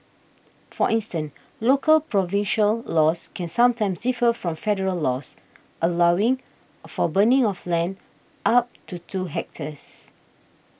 for instance local provincial laws can sometimes differ from federal laws allowing for burning of land up to two hectares